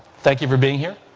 thank you for being here.